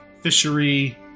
fishery